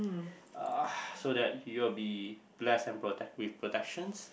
so that you will be blessed and protect with protections